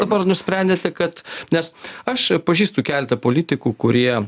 dabar nusprendėte kad nes aš pažįstu keletą politikų kurie